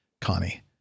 Connie